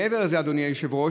מעבר לזה, אדוני היושב-ראש,